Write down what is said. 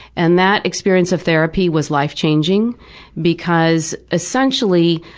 and that experience of therapy was life-changing because, essentially,